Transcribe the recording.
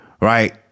right